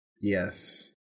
Yes